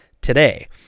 today